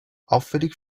auffällig